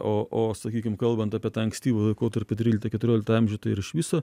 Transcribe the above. o o sakykim kalbant apie tą ankstyvą laikotarpį tryliktą keturioliktą amžių tai ir iš viso